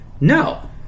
No